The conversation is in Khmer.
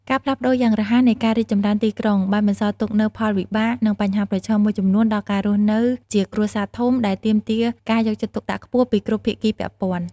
ការផ្លាស់ប្ដូរយ៉ាងរហ័សនៃការរីកចម្រើនទីក្រុង បានបន្សល់ទុកនូវផលវិបាក និងបញ្ហាប្រឈមមួយចំនួនដល់ការរស់នៅជាគ្រួសារធំ ដែលទាមទារការយកចិត្តទុកដាក់ខ្ពស់ពីគ្រប់ភាគីពាក់ព័ន្ធ៖